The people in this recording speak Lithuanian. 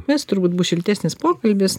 mes turbūt bus šiltesnis pokalbis